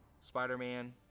Spider-Man